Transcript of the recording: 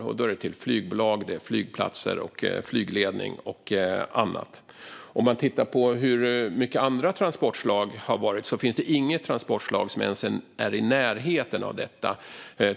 Detta har gått till flygbolag, flygplatser, flygledning och annat. Det finns inget annat transportslag som ens är i närheten av detta.